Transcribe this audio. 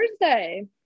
Thursday